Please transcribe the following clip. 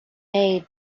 made